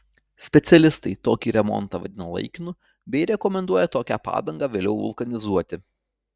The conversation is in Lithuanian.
specialistai tokį remontą vadina laikinu bei rekomenduoja tokią padangą vėliau vulkanizuoti